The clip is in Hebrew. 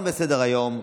נכון, לא נכון.